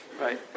right